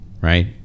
right